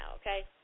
okay